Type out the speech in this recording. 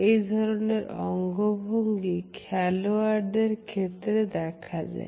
এই ধরনের অঙ্গভঙ্গি খেলোয়াড়দের ক্ষেত্রেও দেখা যায়